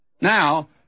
Now